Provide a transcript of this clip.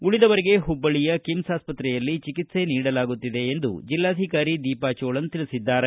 ಉಳಿದವರಿಗೆ ಹುಬ್ಬಳ್ಳಿಯ ಕಿಮ್ಸ್ ಆಸ್ಪತ್ರೆಯಲ್ಲಿ ಚಿಕಿತ್ಸೆ ನೀಡಲಾಗುತ್ತಿದೆ ಎಂದು ಎಂದು ಜಿಲ್ಲಾಧಿಕಾರಿ ದೀಪಾ ಜೋಳನ್ ತಿಳಿಸಿದ್ದಾರೆ